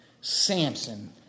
Samson